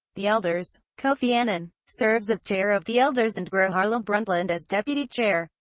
the elders. kofi annan serves as chair of the elders and gro harlem brundtland as deputy chair.